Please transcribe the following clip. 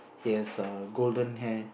he has err golden hair